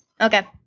Okay